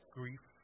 grief